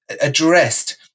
addressed